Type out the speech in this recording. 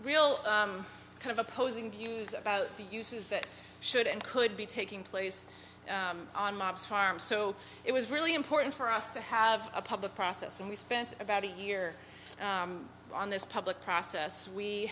real kind of opposing views about the uses that should and could be taking place on mobs farms so it was really important for us to have a public process and we spent about a year on this public process we